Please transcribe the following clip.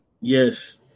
Yes